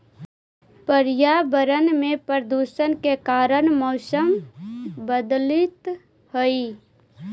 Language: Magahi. पर्यावरण में प्रदूषण के कारण मौसम बदलित हई